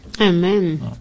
Amen